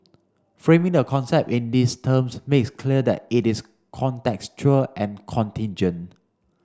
framing the concept in these terms makes clear that it is contextual and contingent